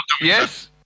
Yes